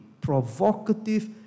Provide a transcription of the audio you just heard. provocative